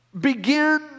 begin